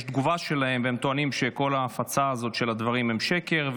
יש תגובה שלהם והם טוענים שכל ההפצה הזאת של הדברים הם שקר,